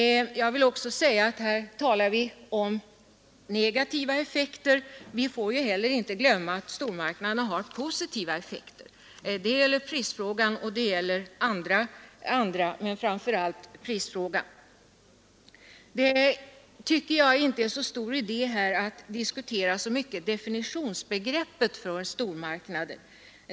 Jag vill också säga att här talas om negativa effekter, men vi får inte glömma att stormarknaderna även har positiva effekter, framför allt på priserna. Vidare tycker jag att det inte är så stor idé att diskutera definitionsbegreppet i fråga om stormarknader.